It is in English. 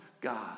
God